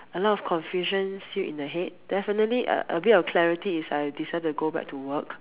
a lot of confusion still in the head definitely a a bit of clarity is I decided to go back to work